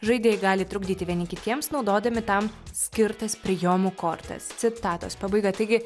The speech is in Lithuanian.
žaidėjai gali trukdyti vieni kitiems naudodami tam skirtas prijomų kortas citatos pabaiga taigi